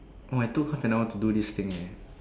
oh I took half an hour to do this thing eh